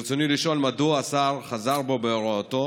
ברצוני לשאול: מדוע השר חזר בו מהוראתו